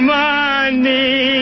money